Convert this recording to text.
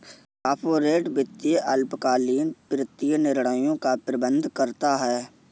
corporate वित्त अल्पकालिक वित्तीय निर्णयों का प्रबंधन करता है